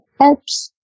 helps